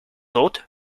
autres